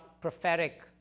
prophetic